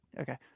Okay